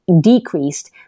decreased